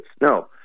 No